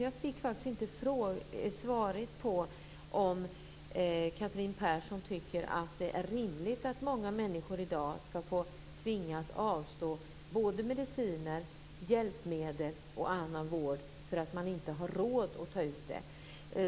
Jag fick inte svar på om Catherine Persson tycker att det är rimligt att många människor i dag ska tvingas avstå både mediciner, hjälpmedel och annan vård för att de inte har råd att ta ut det.